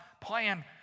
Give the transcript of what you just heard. plan